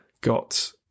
got